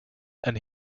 and